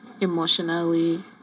emotionally